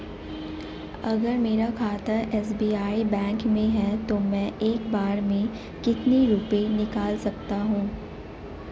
अगर मेरा खाता एस.बी.आई बैंक में है तो मैं एक बार में कितने रुपए निकाल सकता हूँ?